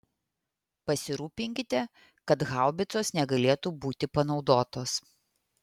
pasirūpinkite kad haubicos negalėtų būti panaudotos